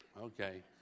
Okay